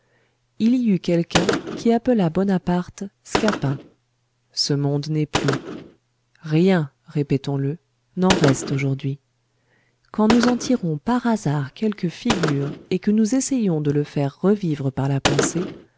il y eut quelqu'un qui appela bonaparte scapin ce monde n'est plus rien répétons-le n'en reste aujourd'hui quand nous en tirons par hasard quelque figure et que nous essayons de le faire revivre par la pensée